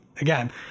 again